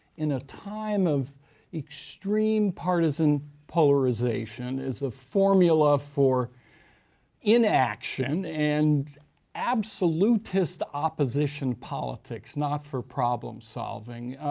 in a time of extreme partisan polarization, is a formula for inaction and absolutist opposition politics, not for problem solving.